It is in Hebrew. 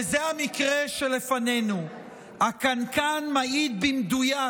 וזה המקרה שלפנינו, הקנקן מעיד במדויק